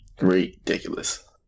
Ridiculous